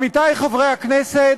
עמיתי חברי הכנסת,